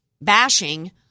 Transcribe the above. bashing